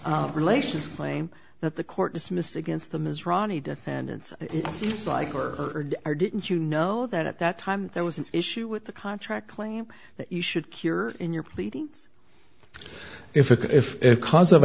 relations claim that the court dismissed against them as ronnie defendants like or or didn't you know that at that time there was an issue with the contract claim that you should cure in your pleadings if a cause of